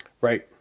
Right